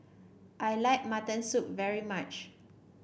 I like Mutton Soup very much